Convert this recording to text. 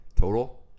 Total